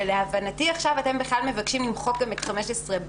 ולהבנתי עכשיו אתם בכלל מבקשים למחוק גם את 15(ב).